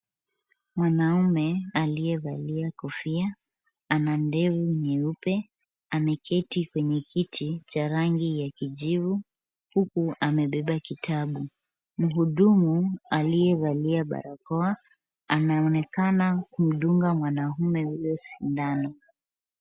Mwaume aliyevalia kofia, ana ndevu nyeupe, ameketi kwenye kiti cha rangi ya kijivu, huku amebeba kitabu. Mhudumu aliyevalia barakoa, anaonekana kumdunga mwanaume huyo sindano.